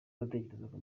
natekerezaga